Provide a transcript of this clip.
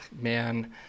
Man